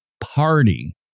party